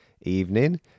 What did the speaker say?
evening